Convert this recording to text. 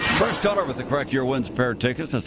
first caller with the correct year wins pair tickets.